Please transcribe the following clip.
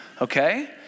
Okay